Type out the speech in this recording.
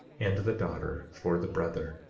and the daughter for the brother,